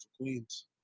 Queens